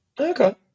Okay